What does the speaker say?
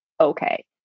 okay